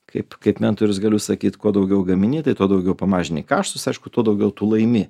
kaip kaip mentorius galiu sakyt kuo daugiau gamini tai tuo daugiau pamažini kaštus aišku tuo daugiau tu laimi